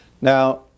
Now